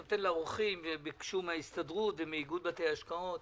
זה נוסח מתוקן שמשרד האוצר ביקש להביא חלף הנוסח הכחול,